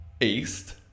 east